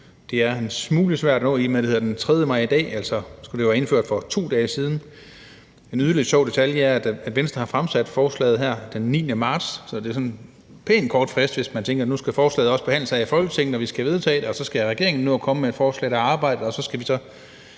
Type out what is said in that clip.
Det er en smule svært at nå, i og med at det er den 3. maj i dag – så det skulle altså have været indført for 7 dage siden. En yderligere sjov detalje er, at Venstre har fremsat forslaget her den 9. marts, så det er sådan en pænt kort frist, hvis man tænker, at nu skal forslaget behandles her i Folketinget og vi skal vedtage det, og så skal regeringen nå at komme med et forslag, der er arbejdet med, og så skal vi så